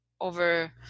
over